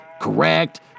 correct